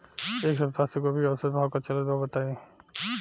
एक सप्ताह से गोभी के औसत भाव का चलत बा बताई?